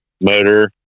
motor